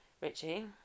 Richie